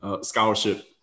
scholarship